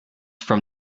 from